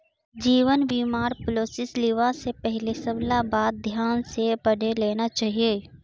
जीवन बीमार पॉलिसीस लिबा स पहले सबला बात ध्यान स पढ़े लेना चाहिए